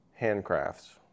handcrafts